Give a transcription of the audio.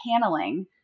paneling